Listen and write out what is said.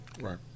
Right